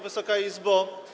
Wysoka Izbo!